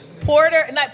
Porter